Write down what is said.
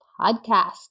podcast